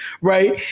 right